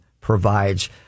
provides